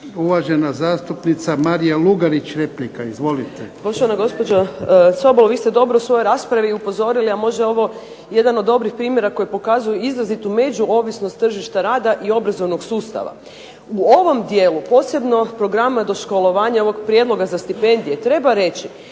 Uvažena zastupnica Marija Lugarić, replika. Izvolite. **Lugarić, Marija (SDP)** Poštovana gospođo Sobol, vi ste dobro u svojoj raspravi upozorili a možda je ovo jedan od dobrih primjera koji pokazuju izrazitu međuovisnost tržišta rada i obrazovnog sustava. U ovom dijelu posebnog programa doškolovanja ovog prijedloga za stipendije, treba reći